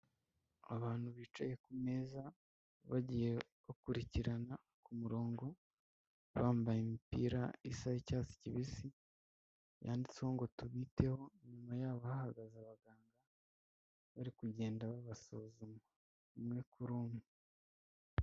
Abantu bicaye ku meza bagiye bakurikirana ku murongo bambaye imipira isa y'icyatsi kibisi yanditseho ngo tubiteho nyuma yabo hahagaze abaganga bari kugenda babasuzuma imwe kuri umwe.